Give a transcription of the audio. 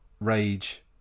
rage